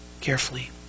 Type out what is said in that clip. carefully